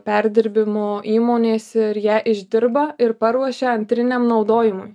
perdirbimo įmonės ir ją išdirba ir paruošia antriniam naudojimui